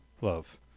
love